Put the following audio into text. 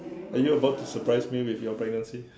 are you about to surprise me with your pregnancy